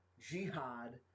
Jihad